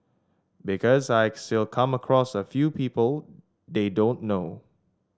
because I still come across a few people they don't know